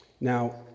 Now